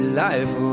life